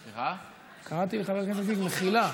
מחילה,